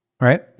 right